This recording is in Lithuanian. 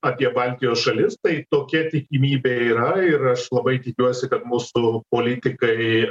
apie baltijos šalis tai tokia tikimybė yra ir aš labai tikiuosi kad mūsų politikai